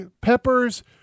peppers